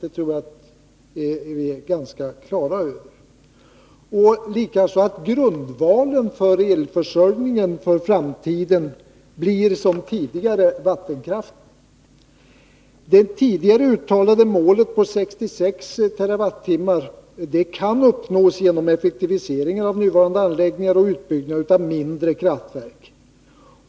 Jag tror att vi är ganska klara över det, liksom över att grundvalen för elförsörjningen i framtiden blir vattenkraften, liksom tidigare. Det tidigare uttalade målet på 66 TWh kan uppnås genom effektivisering av nuvarande anläggningar och utbyggnad av mindre kraftverk.